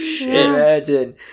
imagine